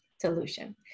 solution